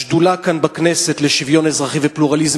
השדולה כאן בכנסת לשוויון אזרחי ופלורליזם